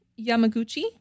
Yamaguchi